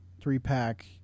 three-pack